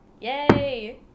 Yay